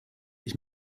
ich